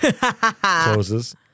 closes